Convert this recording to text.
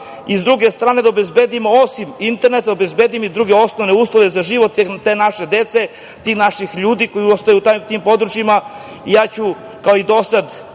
i sa druge strane da obezbedimo osim interneta, druge osnovne uslove za život te naše dece, tih naših ljudi koji ostaju na tim područjima. Ja ću kao i do sad